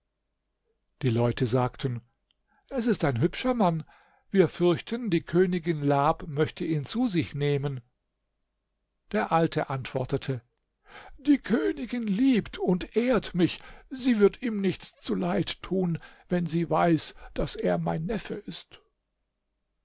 die leute sagten es ist ein hübscher mann wir fürchten die königin lab möchte ihn zu sich nehmen der alte antwortete die königin liebt und ehrt mich sie wird ihm nichts zuleid tun wenn sie weiß daß er mein neffe ist